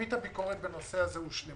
מרבית הביקורת בנושא הזה הושלמה,